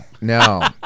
no